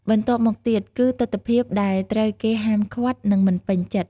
បន្ទាប់មកទៀតគឺទិដ្ឋភាពដែលត្រូវគេហាមឃាត់ និងមិនពេញចិត្ត។